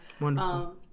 Wonderful